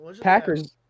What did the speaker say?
Packers